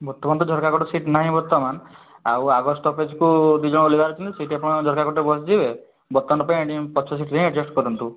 ବର୍ତ୍ତମାନ ତ ଝରକା ପଟ ସିଟ୍ ନାହିଁ ବର୍ତ୍ତମାନ ଆଉ ଆଗ ସ୍ଟପେଜକୁ ଦୁଇଜଣ ଓହ୍ଲେଇବାର ଅଛନ୍ତି ସେଇଟି ଆପଣ ଝରକା ପଟରେ ବସିଯିବେ ବର୍ତ୍ତମାନ ପାଇଁ ପଛ ସିଟରେ ହିଁ ଆଡ଼ଜଷ୍ଟ କରନ୍ତୁ